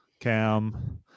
Cam